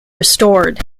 restored